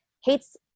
hates